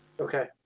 Okay